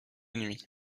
nuit